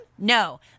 No